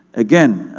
again,